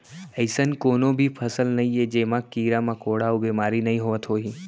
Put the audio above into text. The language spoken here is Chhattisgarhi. अइसन कोनों भी फसल नइये जेमा कीरा मकोड़ा अउ बेमारी नइ होवत होही